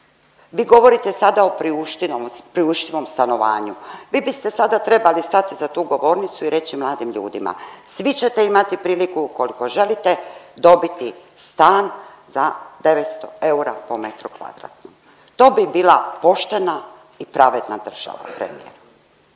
Vi govorite sada o priuštivom stanovanju, vi biste sada trebali stati za tu govornicu i reći mladim ljudima, svi ćete imati priliku ukoliko želite dobiti stan za 900 eura po m2, to bi bila poštena i pravedna država trenutno.